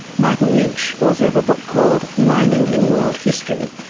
martin lynch, author of a book called mining in world history.